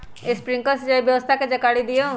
Sprinkler सिंचाई व्यवस्था के जाकारी दिऔ?